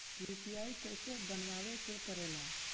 UPI कइसे बनावे के परेला?